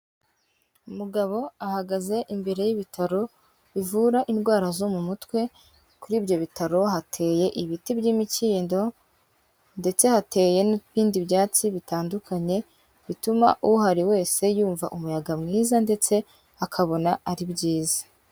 Umugabo ahagaze imbere y'ibitaro, bivura indwara zo mu mutwe, kuri ibyo bitaro hateye ibiti by'imikindo, ndetse hateye n'ibindi byatsi bitandukanye, bituma uhari wese yumva umuyaga mwiza ndetse akabona ari byiza.